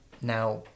Now